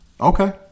Okay